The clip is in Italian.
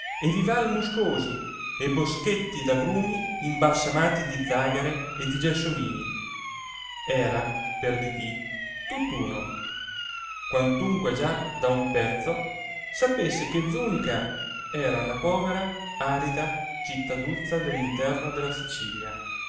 e vivai muscosi e boschetti d'agrumi imbalsamati di zagare e di gelsomini era per didì tutt'uno quantunque già da un pezzo sapesse che zùnica era una povera arida cittaduzza dell'interno della sicilia